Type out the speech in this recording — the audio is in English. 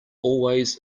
always